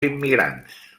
immigrants